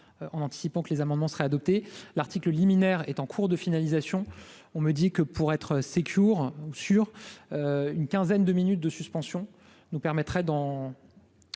en anticipant que les amendements seraient adoptés l'article liminaire est en cours de finalisation, on me dit que pour être séjour ou sur une quinzaine de minutes de suspension nous permettrait d'en